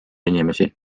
inimesi